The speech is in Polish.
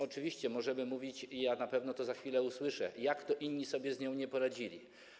Oczywiście, możemy mówić, i ja na pewno to za chwilę usłyszę, jak to inni sobie z nią nie poradzili.